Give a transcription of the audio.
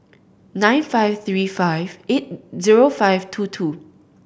nine five three five eight zero five two two